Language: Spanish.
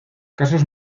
casos